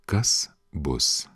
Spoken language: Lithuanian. kas bus